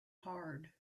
hard